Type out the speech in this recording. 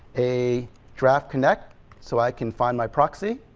a draft connect so i can find my proxy.